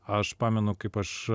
aš pamenu kaip aš